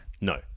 No